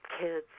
kids